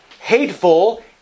hateful